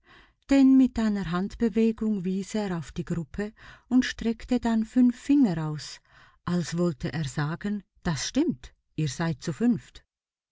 denn mit einer handbewegung wies er auf die gruppe und streckte dann fünf finger aus als wollte er sagen das stimmt ihr seid zu fünft